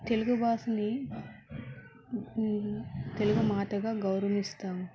తెలుగు భాషని తెలుగు మాతగా గౌరవిస్తాం